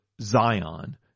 Zion